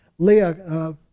Leah